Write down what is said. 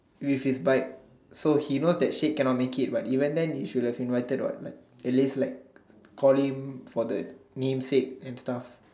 with his bike so he know that Sheikh cannot make it but even then he should have invited what like at least like call him for the name sake and stuff